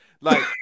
like-